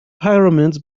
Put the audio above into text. pyramids